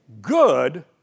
good